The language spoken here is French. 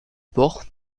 port